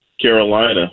Carolina